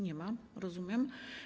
Nie ma, rozumiem.